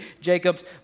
Jacob's